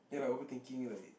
ya lah overthinking like